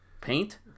Paint